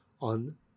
on